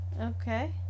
Okay